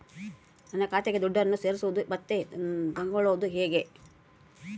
ನನ್ನ ಖಾತೆಗೆ ದುಡ್ಡನ್ನು ಸೇರಿಸೋದು ಮತ್ತೆ ತಗೊಳ್ಳೋದು ಹೇಗೆ?